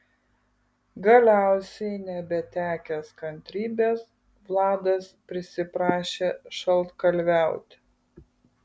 galiausiai nebetekęs kantrybės vladas prisiprašė šaltkalviauti